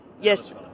Yes